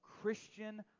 Christian